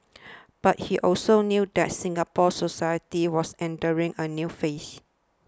but he also knew that Singapore society was entering a new phase